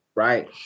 Right